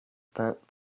that